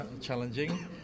challenging